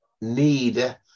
need